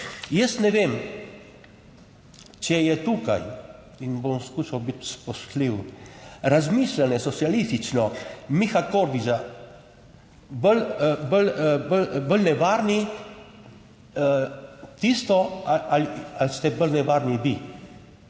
jaz ne vem, če je tukaj in bom skušal biti spoštljiv. razmišljanje socialistično Miha Kordiša, bolj, bolj, bolj nevarni tisto ali ste bolj nevarni vi,